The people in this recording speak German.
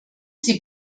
sie